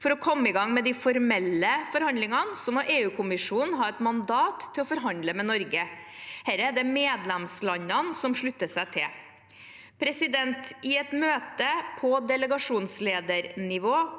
For å komme i gang med de formelle forhandlingene må EU-kommisjonen ha et mandat til å forhandle med Norge. Dette er det medlemslandene som slutter seg til. I et møte på delegasjonsledernivå